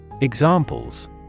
Examples